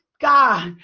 God